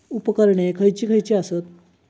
उपकरणे खैयची खैयची आसत?